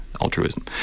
altruism